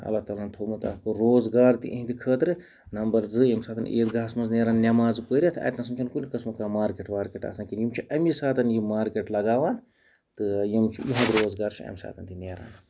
اللہ تعلیٰ ہَن تھوٚومُت اَکھ روزگار تہِ یِہِنٛدِ خٲطرٕ نمبر زٕ ییٚمہِ ساتَن عیٖدگاہَس منٛز نیران نٮ۪مازٕ پٔرِتھ اَتہِ نَس چھِنہٕ کُنہِ قٕسمُک کانٛہہ مارکیٹ وارکیٹ آسان کِہیٖنۍ یِم چھِ اَمی ساتہٕ یہِ مارکیٹ لَگاوان تہِ یِم چھِ یِہُنٛد روزگار چھُ اَمہِ ساتہٕ تہِ نیران